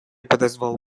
подозвал